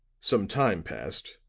some time passed,